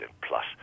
plus